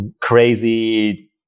crazy